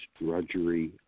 drudgery